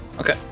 okay